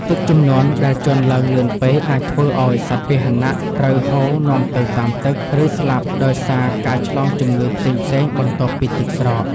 ទឹកជំនន់ដែលជន់ឡើងលឿនពេក អាចធ្វើឱ្យសត្វពាហនៈត្រូវហូរនាំទៅតាមទឹក ឬស្លាប់ដោយសារការឆ្លងជំងឺផ្សេងៗបន្ទាប់ពីទឹកស្រក។